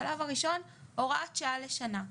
השלב הראשון, הוראת שעה לשנה.